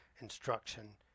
instruction